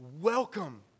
Welcome